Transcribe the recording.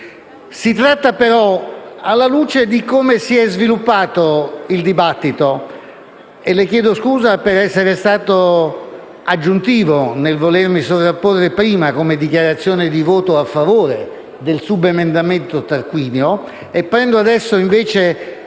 Tuttavia, alla luce di come si è sviluppato il dibattito - e le chiedo scusa per essere stato aggiuntivo nel volermi sovrapporre prima in dichiarazione di voto a favore del subemendamento del senatore Tarquinio - prendo adesso la